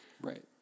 Right